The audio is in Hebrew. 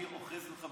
אני אוחז ממך,